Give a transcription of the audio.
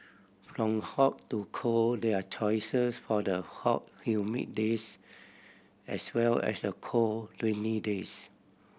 from hot to cold there are choices for the hot humid days as well as the cold rainy days